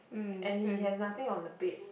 and he has nothing on the bed